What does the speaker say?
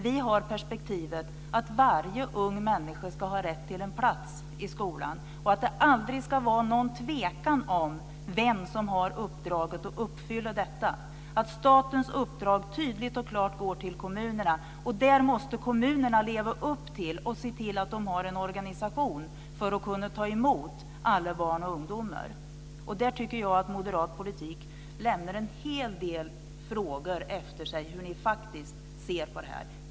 Vi har perspektivet att varje ung människa ska ha rätt till en plats i skolan och att det aldrig ska vara någon tvekan om vem som har uppdraget att uppfylla detta, att statens uppdrag tydligt och klart går till kommunerna. Där måste kommunerna leva upp till detta och se till att de har en organisation för att kunna ta emot alla barn och ungdomar. Där tycker jag att moderat politik lämnar en hel del frågor efter sig om hur de ser på det här.